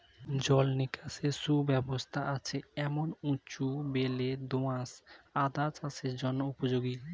জল নিকাশের সুব্যবস্থা আছে এমন উঁচু বেলে দোআঁশ আদা চাষের জন্য উপযোগী